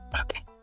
Okay